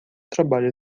trabalho